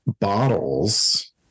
bottles